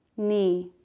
knee,